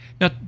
Now